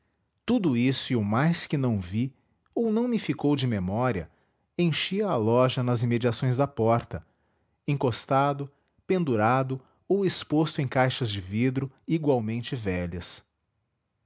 tudo isso e o mais que não vi ou não me ficou de memória enchia a loja mas imediações da porta encostado pendurado ou exposto em caixas de vidro igualmente velhas